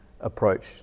approach